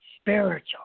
spiritual